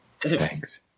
Thanks